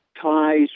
ties